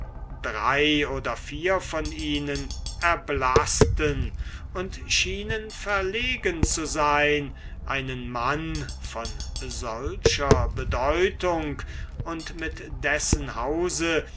drei oder vier von ihnen erblaßten und schienen verlegen zu sein einen mann von solcher bedeutung und mit dessen hause